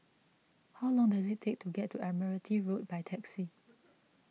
how long does it take to get to Admiralty Road by taxi